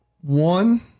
One